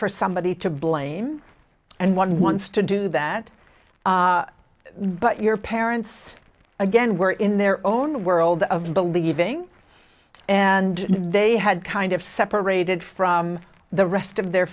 for somebody to blame and one wants to do that but your parents again were in their own world of believing and they had kind of separated from the rest of their